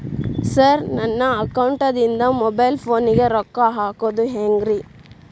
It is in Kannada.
ಸರ್ ನನ್ನ ಅಕೌಂಟದಿಂದ ಮೊಬೈಲ್ ಫೋನಿಗೆ ರೊಕ್ಕ ಹಾಕೋದು ಹೆಂಗ್ರಿ?